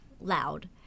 loud